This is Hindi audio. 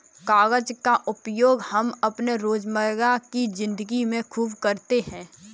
कागज का उपयोग हम अपने रोजमर्रा की जिंदगी में खूब करते हैं